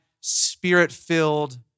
spirit-filled